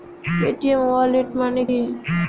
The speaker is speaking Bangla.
পেটিএম ওয়ালেট মানে কি?